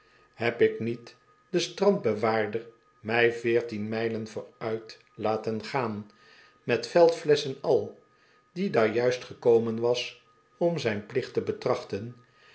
heb ik niet den strandbewaarder mij veertien mijlen vooruit laten gaan met veldfiesch en al die daar juist gekomen was om zijn plicht te betrachten